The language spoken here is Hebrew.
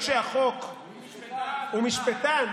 אני בכנסת 20 שנה.